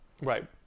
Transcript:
Right